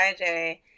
IJ